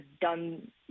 done